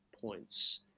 points